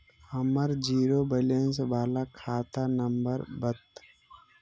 हमर zero balance बाला खाता नम्बर बत?